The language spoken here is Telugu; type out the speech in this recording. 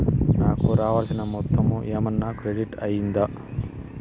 నాకు రావాల్సిన మొత్తము ఏమన్నా క్రెడిట్ అయ్యిందా